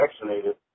vaccinated